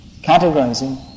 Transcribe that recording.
categorizing